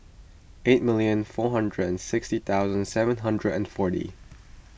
eight million four hundred and six thousand seven hundred and forty